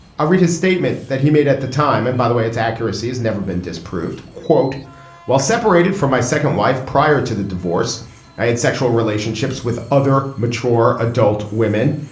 i read his statement that he made at the time and by the way its accuracy has never been disproved. quote while separated from my second wife prior to the divorce i had sexual relationships with other mature adult women.